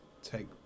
take